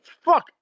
fuck